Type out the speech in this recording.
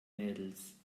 mädels